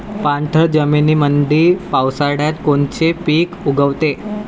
पाणथळ जमीनीमंदी पावसाळ्यात कोनचे पिक उगवते?